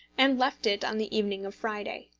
and left it on the evening of friday.